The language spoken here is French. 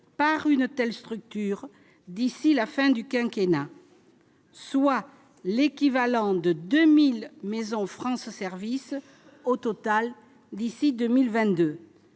par une telle structure d'ici la fin du quinquennat. Soit l'équivalent de 2000, mais en France, ce service au total d'ici 2022